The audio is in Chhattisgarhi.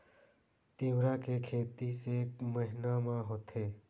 तीवरा के खेती कोन से महिना म होही?